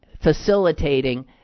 facilitating